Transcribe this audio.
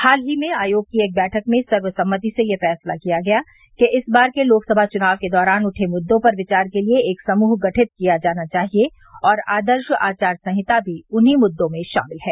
हाल ही में आयोग की एक बैठक में सर्वसम्मति से यह फैसला किया गया कि इस बार के लोकसभा चुनाव के दौरान उठे मुश्रों पर विचार के लिए एक समूह गढित किया जाना चाहिए और आदर्श आचार संहिता भी उन्हीं मुद्दों में शामिल है